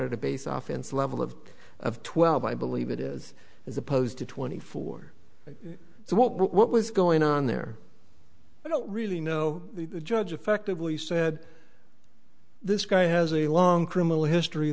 at a base often so level of of twelve i believe it is as opposed to twenty four so what was going on there i don't really know the judge effectively said this guy has a long criminal history